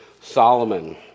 Solomon